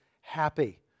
happy